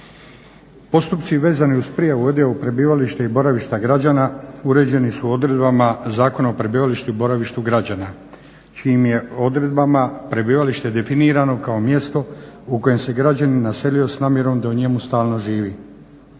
Postupci vezani uz prijavu i odjavu prebivališta i boravišta građana uređeni su odredbama Zakona o prebivalištu i boravištu građana čijim je odredbama prebivalište definirano kao mjesto u kojem se građanin naselio s namjerom da u njemu stalno živi.